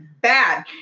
bad